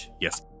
yes